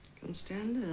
constanza